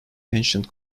ancient